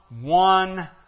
one